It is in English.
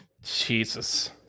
Jesus